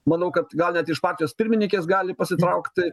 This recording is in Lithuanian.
manau kad gal net iš partijos pirmininkės gali pasitraukti